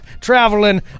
traveling